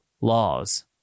laws